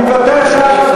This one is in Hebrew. אני מוותר עכשיו.